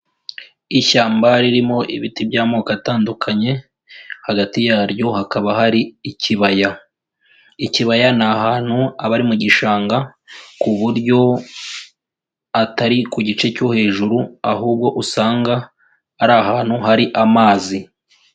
Ishyamba ririmo ibiti by'amoko atandukanye, hagati yaryo hakaba hari ikibaya. Ikibaya ni ahantu abari mu gishanga ku buryo atari ku gice cyo hejuru ahubwo usanga ari ahantu hari amazi.